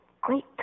Great